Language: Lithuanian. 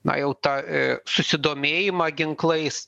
na jau tą susidomėjimą ginklais